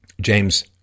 James